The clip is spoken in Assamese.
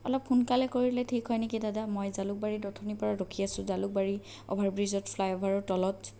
অলপ সোনকালে কৰিলে ঠিক হয় নেকি দাদা মই জালুকবাৰীত অথনিৰ পৰা ৰখি আছোঁ জালুকবাৰী অভাৰ ব্ৰীজৰ ফ্লাই অভাৰৰ তলত